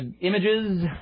Images